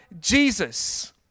Jesus